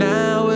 Now